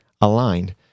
aligned